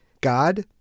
God